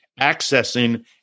accessing